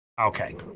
Okay